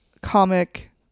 comic